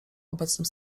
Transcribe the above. obecnym